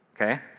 Okay